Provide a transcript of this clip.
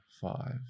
five